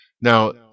Now